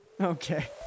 Okay